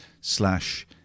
slash